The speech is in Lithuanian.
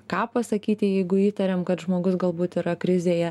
ką pasakyti jeigu įtariam kad žmogus galbūt yra krizėje